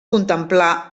contemplar